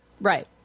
Right